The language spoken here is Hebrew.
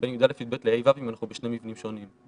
בין י"א-י"ב ו-ה'-ו' אם אנחנו בשני מבנים שונים.